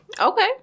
Okay